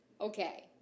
Okay